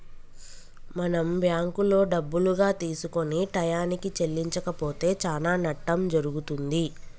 మనం బ్యాంకులో డబ్బులుగా తీసుకొని టయానికి చెల్లించకపోతే చానా నట్టం జరుగుతుంది